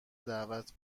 دعوت